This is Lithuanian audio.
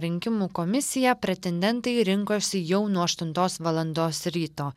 rinkimų komisiją pretendentai rinkosi jau nuo aštuntos valandos ryto